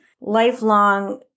lifelong